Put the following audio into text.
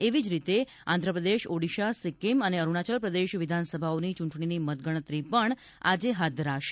એવી જ રીતે આંધ્રપ્રદેશ ઓડિશા સિક્કીમ અને અરૂણાચલ પ્રદેશ વિધાનસભાઓની ચ્રંટણીની મતગણતરી પણ આજે હાથ ધરાશે